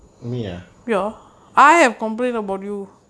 me ya